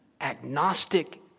agnostic